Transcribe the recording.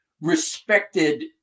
respected